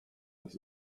this